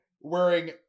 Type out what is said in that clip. wearing